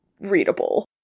readable